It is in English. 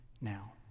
now